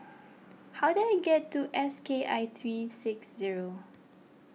how do I get to S K I three six zero